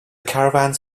caravans